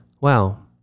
wow